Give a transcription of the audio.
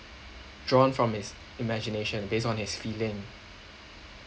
drawn from his imagination based on his feeling